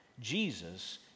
Jesus